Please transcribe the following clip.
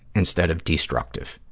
instead of destructive.